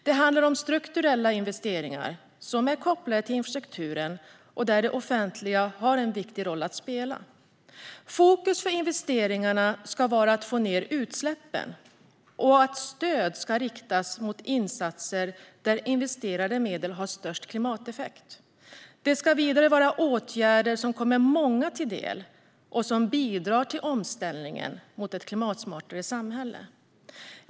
Det handlar om strukturella investeringar som är kopplade till infrastrukturen, och där har det offentliga en viktig roll att spela. Fokus för investeringarna ska vara att få ned utsläppen och rikta stöd mot insatser där investerade medel har störst klimateffekt. Det ska vidare vara åtgärder som kommer många till del och som bidrar till omställningen mot ett klimatsmartare samhälle.